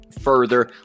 further